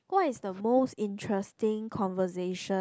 what is the most interesting conversation